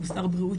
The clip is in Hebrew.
בשר בריאות,